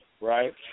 right